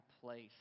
place